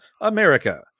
America